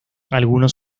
algunos